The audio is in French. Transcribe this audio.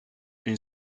une